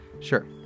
Sure